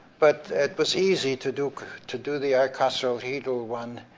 but it was easy to do to do the icosahedral one.